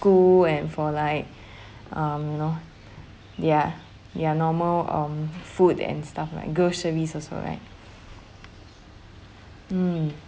school and for like um you know ya ya normal um food and stuff like groceries also right mm